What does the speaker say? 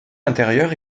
intérieur